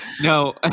no